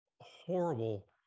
horrible